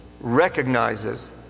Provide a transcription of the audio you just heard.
recognizes